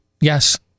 Yes